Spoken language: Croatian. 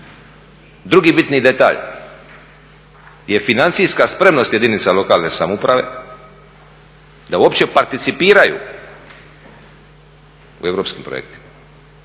Drugi bitni detalj je financijska spremnost jedinica lokalne samouprave da uopće participiraju u europskim projektima.